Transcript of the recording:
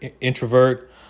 introvert